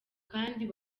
kandi